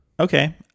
Okay